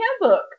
handbook